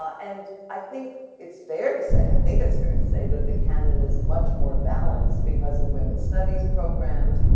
and i think it's fair to say, i think it's fair to say that the canon is much more balanced because of women's studies programs,